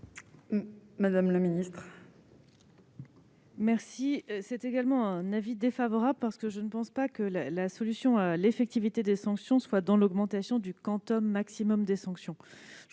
Mme la ministre.